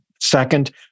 second